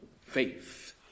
faith